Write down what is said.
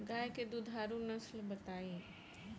गाय के दुधारू नसल बताई?